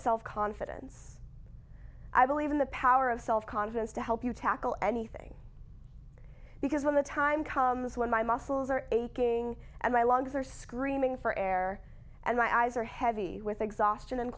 self confidence i believe in the power of self confidence to help you tackle anything because when the time comes when my muscles are aching and my lungs are screaming for air and my eyes are heavy with exhaustion and